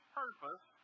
purpose